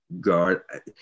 guard